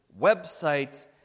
websites